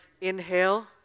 inhale